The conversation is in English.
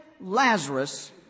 Lazarus